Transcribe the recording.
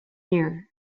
year